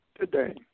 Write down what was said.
today